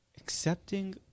accepting